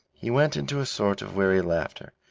he went into a sort of weary laughter.